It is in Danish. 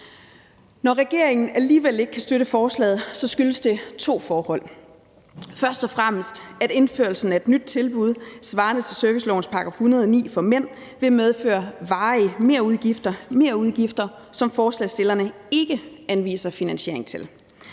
Når regeringen alligevel ikke kan støtte beslutningsforslaget, skyldes det to forhold. Først og fremmest ville indførelsen af et nyt tilbud svarende til servicelovens § 109 for mænd medføre varige merudgifter, som forslagsstillerne ikke anviser finansiering til.